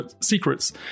secrets